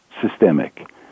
systemic